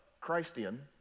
Christian